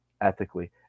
ethically